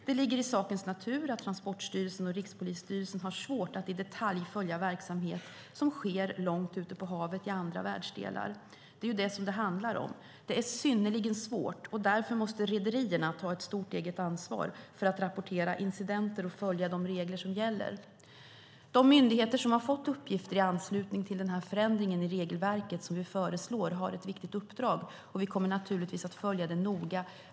Det ligger i sakens natur att Transportstyrelsen och Rikspolisstyrelsen har svårt att i detalj följa verksamhet som sker långt ute på havet i andra världsdelar. Det är ju det som det handlar om. Det är synnerligen svårt, och därför måste rederierna ta ett stort eget ansvar för att rapportera incidenter och följa de regler som gäller. De myndigheter som har fått uppgifter i anslutning till den här förändringen i regelverket som vi föreslår har ett viktigt uppdrag, och vi kommer naturligtvis att följa det noga.